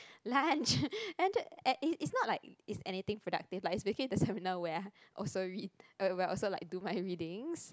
lunch and it it's not like it's anything productive like it's basically the seminar where also read where I also like do my readings